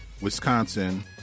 Wisconsin